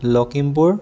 Lakhimpur